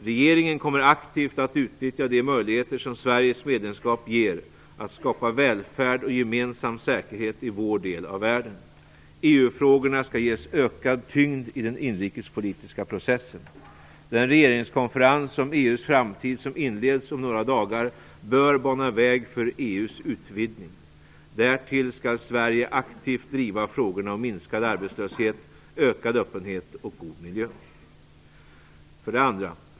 Regeringen kommer aktivt att utnyttja de möjligheter som Sveriges medlemskap ger att skapa välfärd och gemensam säkerhet i vår del av världen. EU-frågorna skall ges en ökad tyngd i den inrikespolitiska processen. Den regeringskonferens om EU:s framtid som inleds om några dagar bör bana väg för EU:s utvidgning. Därtill skall Sverige aktivt driva frågorna om minskad arbetslöshet, ökad öppenhet och god miljö. 2.